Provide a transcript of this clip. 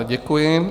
Děkuji.